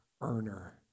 earner